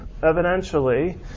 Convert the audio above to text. evidentially